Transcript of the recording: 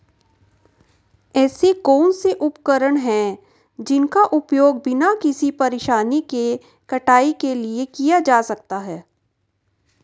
ऐसे कौनसे उपकरण हैं जिनका उपयोग बिना किसी परेशानी के कटाई के लिए किया जा सकता है?